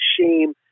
shame